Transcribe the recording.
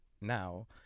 now